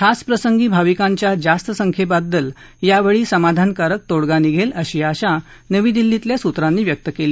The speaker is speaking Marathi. खास प्रसंगी भाविकांच्या जास्त संख्याद्वल यावछी समाधानकारक तोडगा निघव्तीअशी आशा नवी दिल्लीतल्या सूत्रांनी व्यक्त कली